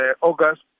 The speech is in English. August